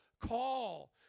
call